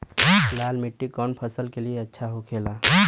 लाल मिट्टी कौन फसल के लिए अच्छा होखे ला?